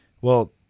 well-